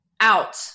out